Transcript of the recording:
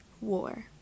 war